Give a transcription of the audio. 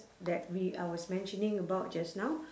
that we I was mentioning about just now